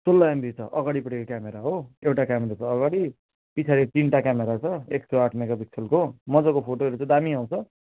सोह्र एमबी छ अगाडिपट्टिको क्यामरा हो एउटा क्यामरा छ अगाडि पछाडि तिनवटा क्यामरा छ एक सौ आठ मेगा पिक्सलको मजाको फोटोहरू चाहिँ दामी आउँछ